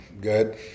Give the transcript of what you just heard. Good